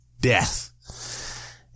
death